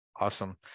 Awesome